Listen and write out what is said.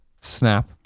snap